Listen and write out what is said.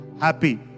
happy